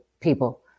people